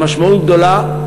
עם משמעות גדולה,